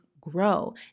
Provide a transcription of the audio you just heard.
grow